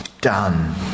done